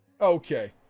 okay